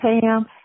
Pam